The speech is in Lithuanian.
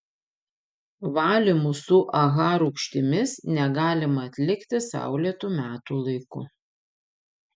valymų su aha rūgštimis negalima atlikti saulėtu metų laiku